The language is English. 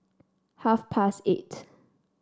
half past eight